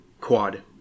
quad